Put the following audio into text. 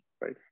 right